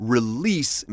Release